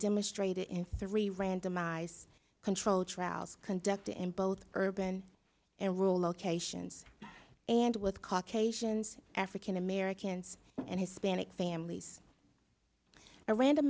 demonstrated in three randomized controlled trials conducted in both urban and rural location and with caucasians african americans and hispanic families a random